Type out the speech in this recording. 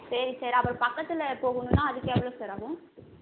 சரி சார் அப்புறோம் பக்கத்தில் போகணும்ன்னா அதுக்கு எவ்வளோ சார் ஆகும்